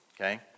Okay